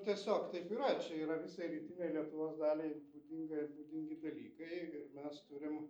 tiesiog taip yra čia yra visai rytinei lietuvos daliai būdinga ir būdingi dalykai ir mes turim